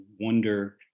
wonder